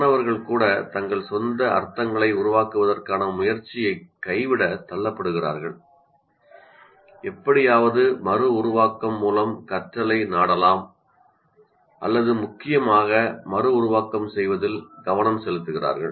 மாணவர்கள் கூட தங்கள் சொந்த அர்த்தங்களை உருவாக்குவதற்கான முயற்சியைக் கைவிடத் தள்ளப்படுகிறார்கள் எப்படியாவது மறுஉருவாக்கம் மூலம் கற்றலை நாடலாம் அல்லது முக்கியமாக மறுஉருவாக்கம் செய்வதில் கவனம் செலுத்துகிறார்கள்